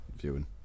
viewing